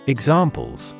Examples